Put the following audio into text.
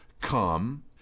come